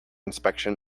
inspection